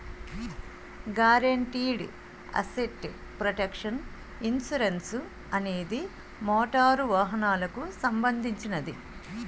guaranteed asset protection insurance అనేది motor వాహనాలకు సంబంధించినది